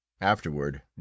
afterward